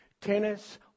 tennis